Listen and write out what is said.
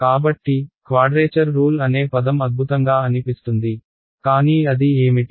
కాబట్టి quadrature rule అనే పదం అద్భుతంగా అనిపిస్తుంది కానీ అది ఏమిటి